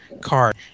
card